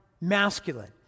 masculine